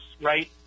right